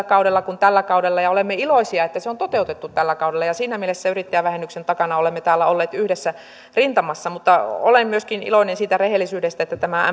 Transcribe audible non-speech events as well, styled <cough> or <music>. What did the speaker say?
<unintelligible> kaudella kuin tällä kaudella ja olemme iloisia että se on toteutettu tällä kaudella ja siinä mielessä yrittäjävähennyksen takana olemme täällä olleet yhdessä rintamassa mutta olen myöskin iloinen siitä rehellisyydestä että myönnetään että nämä